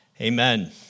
Amen